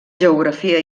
geografia